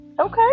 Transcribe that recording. Okay